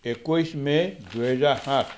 একৈছ মে' দুহেজাৰ সাত